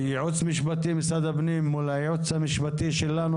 שהייעוץ המשפטי של משרד הפנים מול הייעוץ המשפטי שלנו